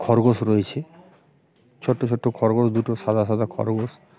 খরগোশ রয়েছে ছোটো ছোটো খরগোশ দুটো সাদা সাদা খরগোশ